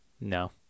No